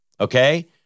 okay